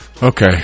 Okay